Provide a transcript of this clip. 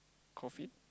coffee